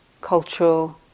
cultural